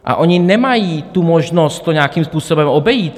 A oni nemají tu možnost to nějakým způsobem obejít.